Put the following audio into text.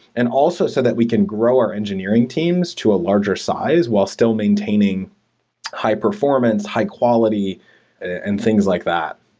and also so that we can grow our engineering teams to a larger size while still maintaining high-performance, high-quality and things like that.